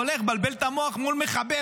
הולך ומבלבל את המוח מול מחבל,